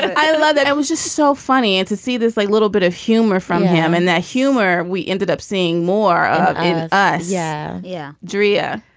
i love that i was just so funny and to see this like little bit of humor from him and that humor. we ended up seeing more of us yeah yeah. daria